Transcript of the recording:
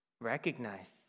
recognize